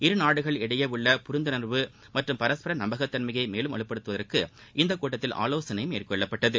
இருநாடுகள்இடையேஉள்ளபுரிந்துணர்வுமற்றும்பரஸ்பரநம்பகத்தன்மையைமேலும்வலுப்படுத்துவ தற்குஇந்தகூட்டத்தில்ஆலோசனைமேற்கொள்ளப்பட்டது